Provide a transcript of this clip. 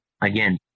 again